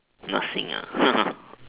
nursing ah